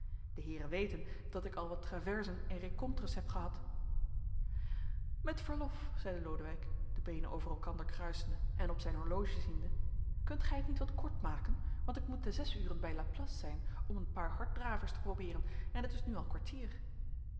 de heeren weten dat ik al wat traversen en recontres heb gehad met verlof zeide lodewijk de beenen over elkander kruisende en op zijn horloge ziende kunt gij het niet wat kort maken want ik moet te zes uren bij la place zijn om een paar harddravers te probeeren en het is nu al kwartier